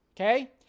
okay